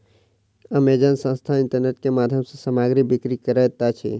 Amazon संस्थान internet के माध्यम सॅ सामग्री बिक्री करैत अछि